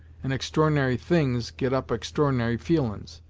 and extr'ornary things get up extr'ornary feelin's.